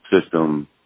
system